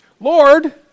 Lord